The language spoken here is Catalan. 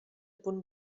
punt